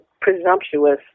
presumptuous